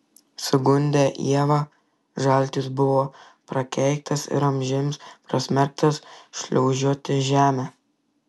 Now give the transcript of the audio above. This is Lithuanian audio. sugundę ievą žaltys buvo prakeiktas ir amžiams pasmerktas šliaužioti žeme